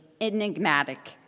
enigmatic